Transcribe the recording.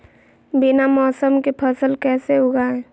बिना मौसम के फसल कैसे उगाएं?